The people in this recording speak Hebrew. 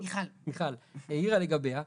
העירה לגביה,